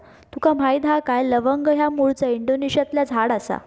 तुका माहीत हा काय लवंग ह्या मूळचा इंडोनेशियातला झाड आसा